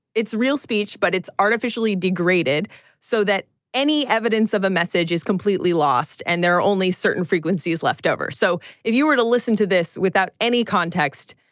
it's real speech, but it's artificially degraded so that any evidence of a message is completely lost and there are only certain frequencies leftover. so if you were to listen to this without any context,